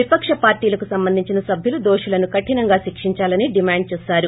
విపక్ష పార్వీలకు సంబంధించిన సభ్యులు దోషులను కఠినంగా శిక్షంచాలని డిమాండ్ ేచేశారు